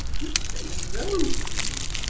you say no, do you?